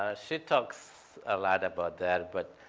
ah she talks a lot about that, but